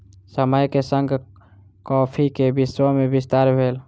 समय के संग कॉफ़ी के विश्व में विस्तार भेल